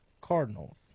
Cardinals